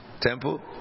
Temple